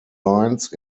lines